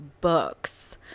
books